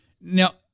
Now